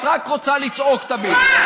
את רק רוצה לצעוק תמיד.